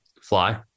Fly